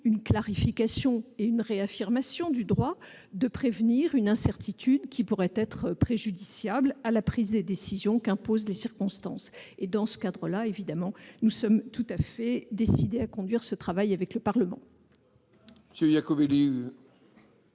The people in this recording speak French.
une clarification et une réaffirmation du droit, de prévenir une incertitude qui pourrait être préjudiciable à la prise des décisions qu'imposent les circonstances. Dans ce cadre-là, nous sommes évidemment tout à fait décidés à conduire ce travail avec le Parlement.